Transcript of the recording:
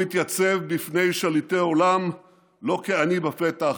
הוא התייצב בפני שליטי עולם לא כעני בפתח,